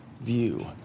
view